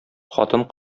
хатын